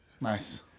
Nice